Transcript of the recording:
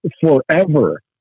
forever